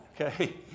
okay